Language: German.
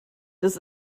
das